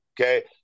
okay